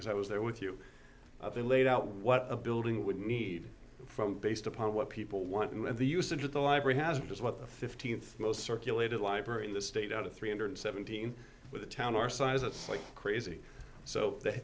as i was there with you they laid out what a building would need from based upon what people want and the usage of the library has been just what the fifteenth most circulated library in the state out of three hundred seventeen with a town our size it's like crazy so they